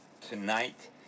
tonight